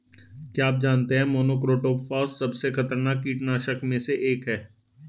क्या आप जानते है मोनोक्रोटोफॉस सबसे खतरनाक कीटनाशक में से एक है?